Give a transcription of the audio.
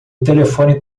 telefone